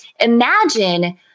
imagine